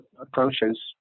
approaches